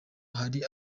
hari